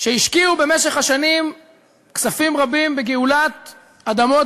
שהשקיעו במשך השנים כספים רבים בגאולת אדמות